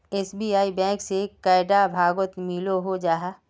SBI bank से कैडा भागोत मिलोहो जाहा?